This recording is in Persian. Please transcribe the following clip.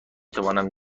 توانم